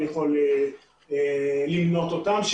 אני יכול למנות אותן.